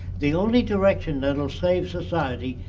the only direction that'll save society,